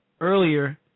earlier